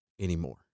anymore